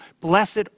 Blessed